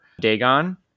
dagon